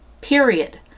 period